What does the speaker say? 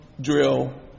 drill